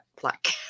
black